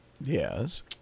Yes